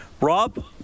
Rob